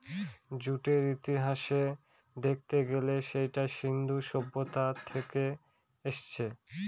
জুটের ইতিহাস দেখতে গেলে সেটা সিন্ধু সভ্যতা থেকে এসেছে